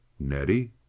nettie?